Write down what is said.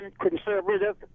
conservative